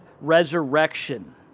resurrection